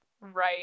Right